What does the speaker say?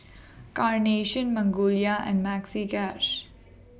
Carnation Magnolia and Maxi Cash